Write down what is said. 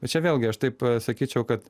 bet čia vėlgi aš taip sakyčiau kad